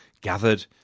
gathered